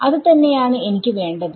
അത് തന്നെയാണ് എനിക്ക് വേണ്ടത്